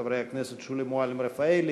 חברי הכנסת שולי מועלם-רפאלי,